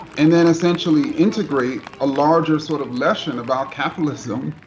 and then, essentially, integrate a larger sort of lesson about capitalism,